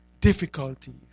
difficulties